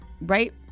Right